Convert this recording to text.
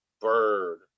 bird